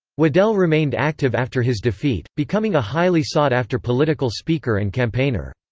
waddell remained active after his defeat, becoming a highly-sought-after political speaker and campaigner.